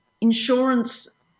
insurance